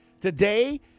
Today